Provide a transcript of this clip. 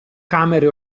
camere